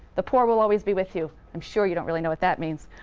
the poor will always be with you i'm sure you don't really know what that means.